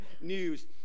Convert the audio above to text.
news